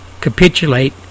capitulate